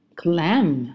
clam